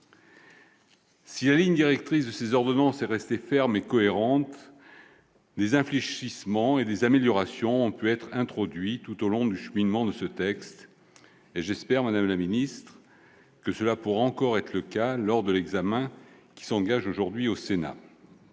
Si la ligne directrice de ces ordonnances est restée ferme et cohérente, des infléchissements et des améliorations ont pu être introduits tout au long du cheminement de ce texte. J'espère, madame la ministre, que cela pourra encore être le cas lors de la discussion qui s'engage aujourd'hui au Sénat.